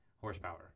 horsepower